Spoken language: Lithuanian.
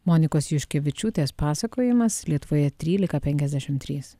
monikos juškevičiūtės pasakojimas lietuvoje trylika penkiasdešim trys